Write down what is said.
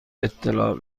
اطلاع